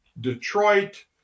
Detroit